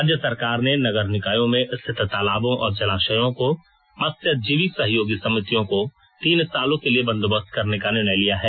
राज्य सरकार ने नगर निकायों में स्थित तालाबों और जलाशयों को मत्स्य जीवी सहयोग समितियों को तीन सालों के लिए बंदोबस्त करने का निर्णय लिया है